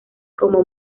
como